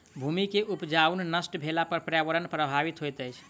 भूमि के उपजाऊपन नष्ट भेला पर पर्यावरण प्रभावित होइत अछि